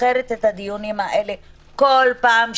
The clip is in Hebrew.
בעבודת הגידור שלנו,